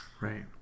Right